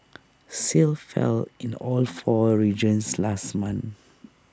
sales fell in the all four regions last month